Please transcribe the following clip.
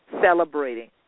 celebrating